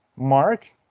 mark,